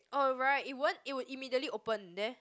oh right it won't it will immediately open there